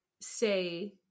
say